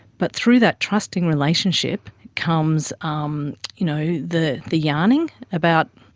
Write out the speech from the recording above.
but through that trusting relationship comes um you know the the yarning about,